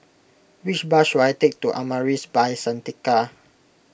which bus should I take to Amaris By Santika